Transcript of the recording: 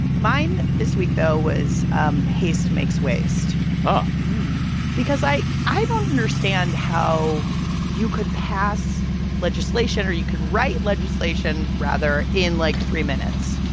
mine this week though was um haste makes waste but because i i don't understand how you could pass legislation or you could write legislation, rather, in like three minutes,